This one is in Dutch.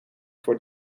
voor